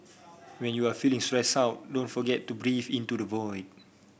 when you are feeling stressed out don't forget to breathe into the void